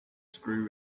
screw